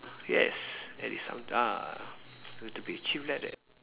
yes at least I'm ah good to be chief like that